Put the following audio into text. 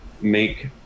make